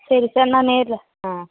சரி சார் நான் நேரில் ஆ